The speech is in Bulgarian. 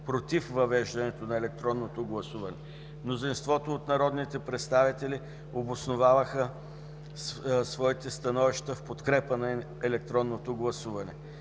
против въвеждането на електронното гласуване. Мнозинството от народните представители обосноваха своите становища в подкрепа на електронното гласуване.